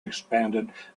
expanded